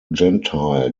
gentile